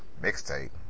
Mixtape